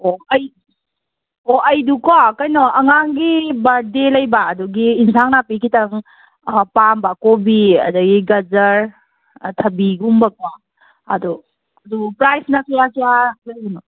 ꯑꯣ ꯑꯩ ꯑꯣ ꯑꯩꯗꯨꯀꯣ ꯀꯩꯅꯣ ꯑꯉꯥꯡꯒꯤ ꯕꯥꯔꯗꯦ ꯂꯩꯕ ꯑꯗꯨꯒꯤ ꯏꯟꯖꯥꯡ ꯅꯥꯄꯤ ꯈꯤꯇꯪ ꯄꯥꯝꯕ ꯀꯣꯕꯤ ꯑꯗꯒꯤ ꯒꯖꯔ ꯊꯕꯤꯒꯨꯝꯕꯀꯣ ꯑꯗꯣ ꯑꯗꯨ ꯄ꯭ꯔꯥꯏꯖꯅ ꯀꯌꯥ ꯀꯌꯥ ꯂꯩꯔꯤꯅꯣ